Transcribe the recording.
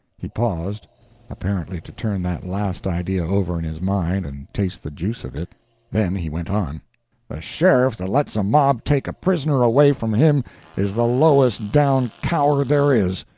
he paused apparently to turn that last idea over in his mind and taste the juice of it then he went on the sheriff that lets a mob take a prisoner away from him is the lowest-down coward there is.